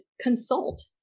consult